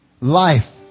life